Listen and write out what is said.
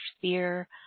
fear